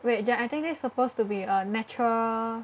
wait ju~ I think this is supposed to be a natural